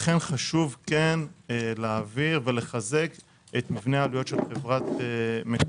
לכן, חשוב לחזק את מבנה העלויות של חברת מקורות.